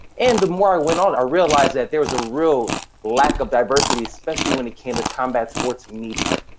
and the more i went on, i realized that there was a real lack of diversity, especially when it came to combat sports media.